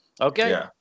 Okay